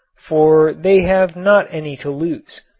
for they have not any to lose.